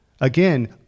Again